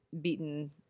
beaten